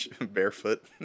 barefoot